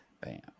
bam